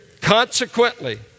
consequently